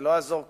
לא יעזור כלום,